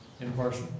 impartial